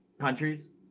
countries